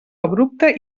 abrupte